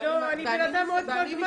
אני בן אדם מאוד פרגמטי.